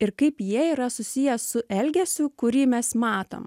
ir kaip jie yra susiję su elgesiu kurį mes matom